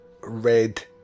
red